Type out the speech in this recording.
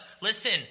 listen